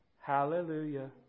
Hallelujah